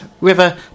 River